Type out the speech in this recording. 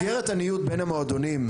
במסגרת הניוד בין המועדונים,